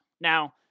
Now